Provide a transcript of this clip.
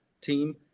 team